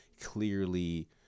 clearly